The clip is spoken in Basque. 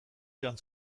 joan